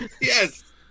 Yes